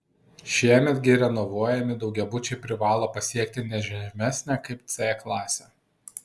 šiemet gi renovuojami daugiabučiai privalo pasiekti ne žemesnę kaip c klasę